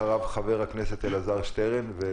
אחריו חבר הכנסת אלעזר שטרן.